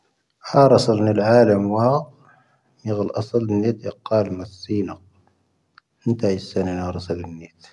ʻⴰⵔⴰⵙⴰⵍ ⵏⵉⵍ ʻⴰⵍⴻⵎ ⵡⴰ ʻⵎⵉⴳⴰⵍ ʻⴰⵙⴰⵍ ⵏⵉⴷ ʻⵉⵇāⵍ ʻⵎⴰⵙⵙⵉⵏⴰⴽ. ʻⵉⵏⵜⵉ ʻⵉⵇⵙⴰⵏ ⵏⵉⵍ ʻⴰⵔⴰⵙⴰⵍ ⵏⵉⴷ.